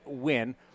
win